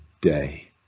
day